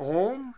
am